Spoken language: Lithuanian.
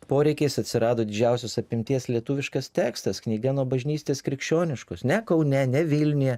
poreikis atsirado didžiausios apimties lietuviškas tekstas knyga nuo bažnystės krikščioniškos ne kaune ne vilniuje